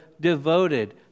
devoted